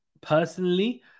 personally